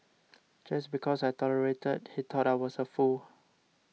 just because I tolerated he thought I was a fool